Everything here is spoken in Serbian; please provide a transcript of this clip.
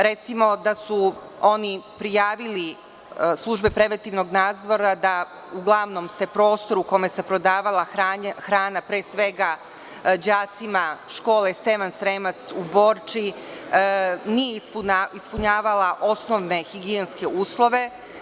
Recimo, oni su prijavili službe preventivnog nadzora da prostor u kome se prodavala hrana đacima škole „Stevan Sremac“ u Borči nije ispunjavala osnovne higijenske uslove.